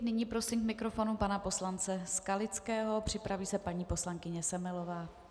Nyní prosím k mikrofonu pana poslance Skalického, připraví se paní poslankyně Semelová.